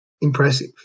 impressive